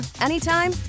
anytime